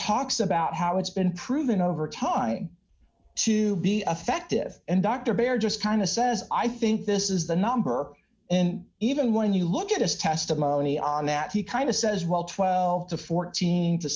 talks about how it's been proven over time to be effective and dr berry just kind of says i think this is the number and even when you look at his testimony on that he kind of says well twelve to fourteen to